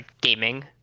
Gaming